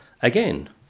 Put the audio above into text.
again